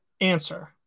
answer